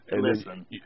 Listen